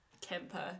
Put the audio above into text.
Kemper